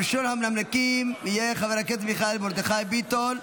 ראשון המנמקים יהיה חבר הכנסת מיכאל מרדכי ביטון,